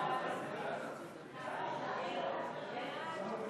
ההצעה להעביר את הצעת חוק